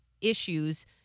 issues